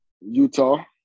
Utah